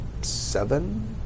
seven